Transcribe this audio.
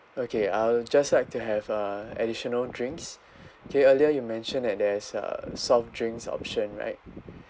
okay I'll just like to have uh additional drinks okay earlier you mentioned that there's uh soft drinks option right